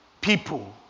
people